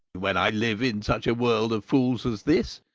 when i live in such a world of fools as this?